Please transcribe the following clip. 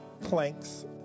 planks